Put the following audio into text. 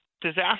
disaster